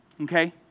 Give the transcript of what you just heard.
okay